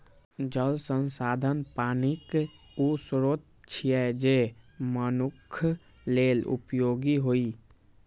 जल संसाधन पानिक ऊ स्रोत छियै, जे मनुक्ख लेल उपयोगी होइ